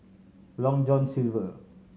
Long John Silver